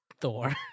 Thor